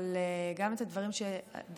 אבל גם את הדברים שלא